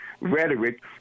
rhetoric